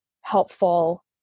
helpful